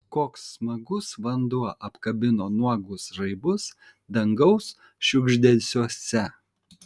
koks smagus vanduo apkabino nuogus žaibus dangaus šiugždesiuose